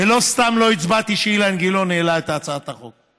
ולא סתם לא הצבעתי כאשר אילן גילאון העלה את הצעת החוק.